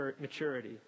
maturity